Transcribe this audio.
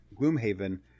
Gloomhaven